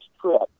trip